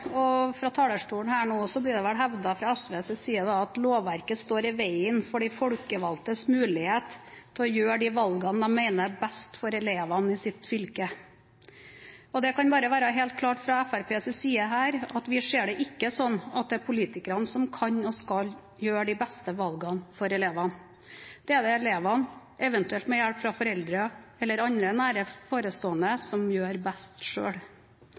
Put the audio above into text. og fra talerstolen her nå blir det hevdet fra SVs side at lovverket står i veien for de folkevalgtes mulighet til å ta de valgene de mener er best for elevene i sitt fylke. La det være helt klart at fra Fremskrittspartiets side ser vi det ikke sånn at det er politikerne som kan og skal ta de beste valgene for elevene. Det er det elevene, eventuelt med hjelp av foreldrene eller andre nærstående, som gjør best